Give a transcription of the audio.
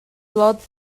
blood